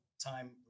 time